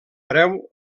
preu